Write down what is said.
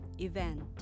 event